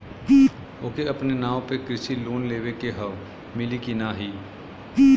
ओके अपने नाव पे कृषि लोन लेवे के हव मिली की ना ही?